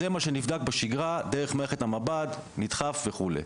זה מה שנבדק בשגרה דרך מערכת המב"ד, נדחף וכו'.